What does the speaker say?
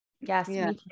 Yes